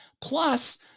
Plus